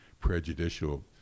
prejudicial